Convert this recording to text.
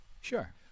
Sure